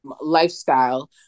lifestyle